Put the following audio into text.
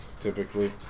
typically